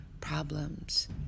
problems